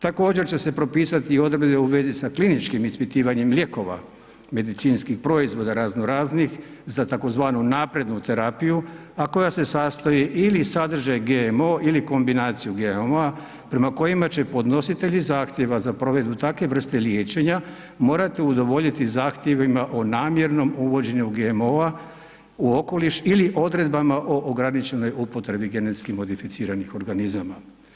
Također će se propisati i odredbe u vezi sa kliničkim ispitivanjem lijekova, medicinskih proizvoda razno raznih za tzv. naprednu terapiju, a koja se sastoji ili sadrže GMO ili kombinaciju GMO-a prema kojima će podnositelji zahtjeva za provedbu takve vrste liječenja morati udovoljiti zahtjevima o namjernom uvođenju GMO-a u okoliš ili odredbama o ograničenoj upotrebi GMO-a.